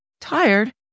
tired